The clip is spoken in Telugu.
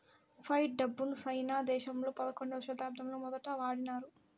ఫైట్ డబ్బును సైనా దేశంలో పదకొండవ శతాబ్దంలో మొదటి వాడినారు